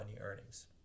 earnings